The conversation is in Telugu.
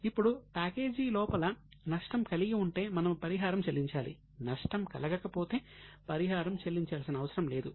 ఇప్పుడు ప్యాకేజీ లోపల నష్టం కలిగిఉంటే మనము పరిహారం చెల్లించాలి నష్టం కలగకపోతే పరిహారం చెల్లించాల్సిన అవసరం లేదు